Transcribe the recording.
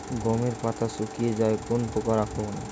গমের পাতা শুকিয়ে যায় কোন পোকার আক্রমনে?